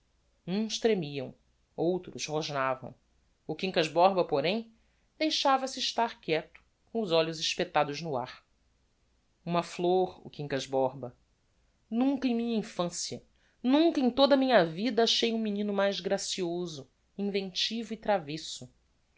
uns tremiam outros rosnavam o quincas borba porém deixava-se estar quieto com os olhos espetados no ar uma flôr o quincas borba nunca em minha infancia nunca em toda a minha vida achei um menino mais gracioso inventivo e travesso